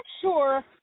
sure